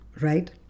right